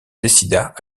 décida